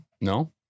No